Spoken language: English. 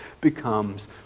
becomes